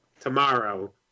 tomorrow